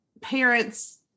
parents